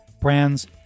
brands